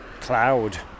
cloud